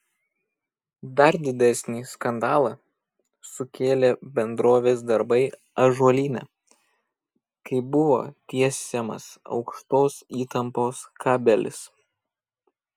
dar didesnį skandalą sukėlė bendrovės darbai ąžuolyne kai buvo tiesiamas aukštos įtampos kabelis